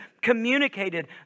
communicated